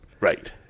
Right